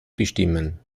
bestimmen